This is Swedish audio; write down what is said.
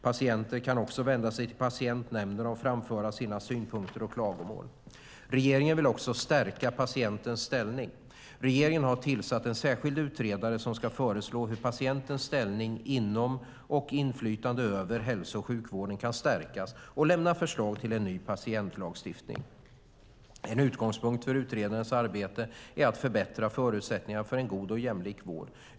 Patienterna kan också vända sig till patientnämnderna och framföra sina synpunkter och klagomål. Regeringen vill också stärka patientens ställning. Regeringen har tillsatt en särskild utredare som ska föreslå hur patientens ställning inom och inflytande över hälso och sjukvården kan stärkas och lämna förslag till en ny patientlagstiftning. En utgångspunkt för utredarens arbete är att förbättra förutsättningarna för en god och jämlik vård.